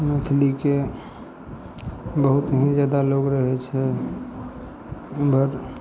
मैथिलीके बहुत ही जादा लोग रहै छै इमहर